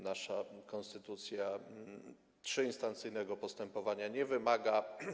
Nasza konstytucja trzyinstancyjnego postępowania nie wymaga.